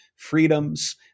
freedoms